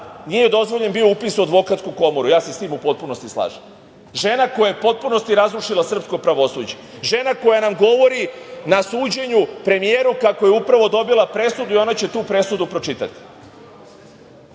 bio dozvoljen upis u Advokatsku komoru. Ja se sa tim u potpunosti slažem. Žena koja je u potpunosti razrušila srpsko pravosuđe, žena koja nam govori na suđenju premijeru kako je upravo dobila presudu i ona će tu presudu pročitati. Ono